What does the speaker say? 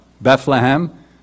Bethlehem